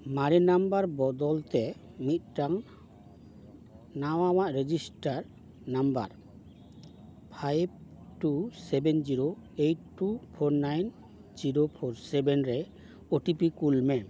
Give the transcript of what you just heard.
ᱢᱟᱨᱮ ᱱᱟᱢᱵᱟᱨ ᱵᱚᱫᱚᱞ ᱛᱮ ᱢᱤᱫᱴᱟᱝ ᱱᱟᱣᱟᱱᱟᱜ register number five two seven zero eight two four nine zero four seven ᱨᱮ ᱳ ᱴᱤ ᱯᱤ ᱠᱩᱞᱢᱮ